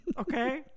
Okay